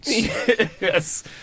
Yes